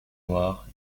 noire